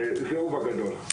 זהו בגדול.